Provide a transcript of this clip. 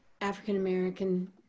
African-American